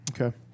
Okay